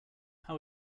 how